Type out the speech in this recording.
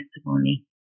testimony